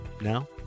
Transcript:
Now